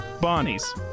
Bonnie's